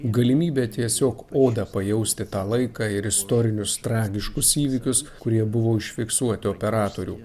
galimybė tiesiog oda pajausti tą laiką ir istorinius tragiškus įvykius kurie buvo užfiksuoti operatorių